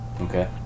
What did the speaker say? Okay